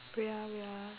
wait ah wait ah